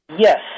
Yes